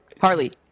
Harley